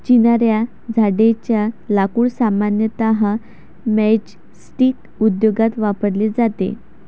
चिनार या झाडेच्या लाकूड सामान्यतः मैचस्टीक उद्योगात वापरले जाते